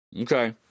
Okay